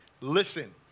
listen